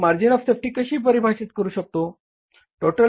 आपण margin of safety कशी परिभाषित करू शकतो